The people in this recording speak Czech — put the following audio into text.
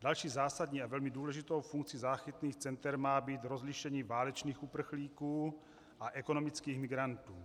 Další zásadní a důležitou funkci záchytných center má být rozlišení válečných uprchlíků a ekonomických migrantů.